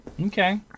okay